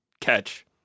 catch